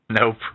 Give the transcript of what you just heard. Nope